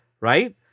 right